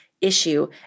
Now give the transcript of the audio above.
issue